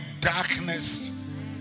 darkness